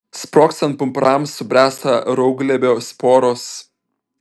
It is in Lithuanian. sprogstant pumpurams subręsta rauplėgrybio sporos